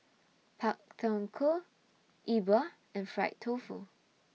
Pak Thong Ko Yi Bua and Fried Tofu